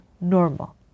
normal